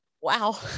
wow